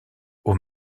aux